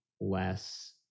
less